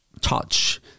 touch